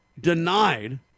Denied